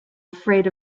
afraid